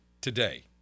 today